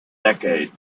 decade